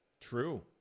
true